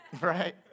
Right